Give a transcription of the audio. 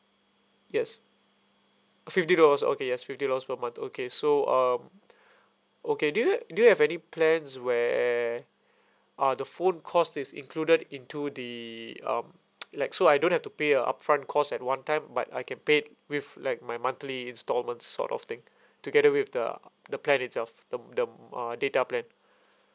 yes fifty dollars okay yes fifty dollars per month okay so um okay do you do you have any plans where are the phone cost is included into the um like so I don't have to pay a upfront cost at one time but I can pay it with like my monthly instalment sort of thing together with the the plan itself the the uh data plan